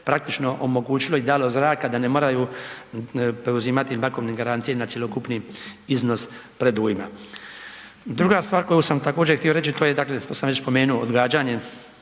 praktično omogućilo i dalo zraka da ne moraju preuzimati bankovne garancije na cjelokupni iznos predujma. Druga stvar koju sam također htio reći, to je dakle, to sam već spomenuo, odgađanje